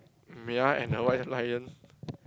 Mia and the White Lion